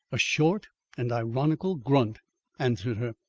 a short and ironical grunt answered her.